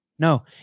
No